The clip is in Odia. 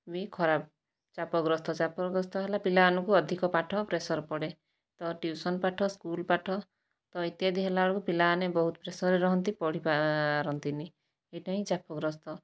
ବି ଖରାପ ଚାପଗ୍ରସ୍ତ ଚାପଗ୍ରସ୍ତ ହେଲେ ପିଲାମାନଙ୍କୁ ଅଧିକ ପାଠ ପ୍ରେସର୍ ପଡ଼େ ତ ଟ୍ୟୁସନ୍ ପାଠ ସ୍କୁଲ ପାଠ ତ ଇତ୍ୟାଦି ହେଲା ବେଳକୁ ପିଲାମାନେ ବହୁତ ପ୍ରେସର୍ରେ ରହନ୍ତି ପଢ଼ିପାରନ୍ତିନି ଏଇଟା ହିଁ ଚାପଗ୍ରସ୍ତ